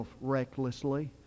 recklessly